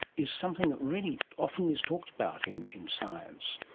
is something that really often is talked about in in science.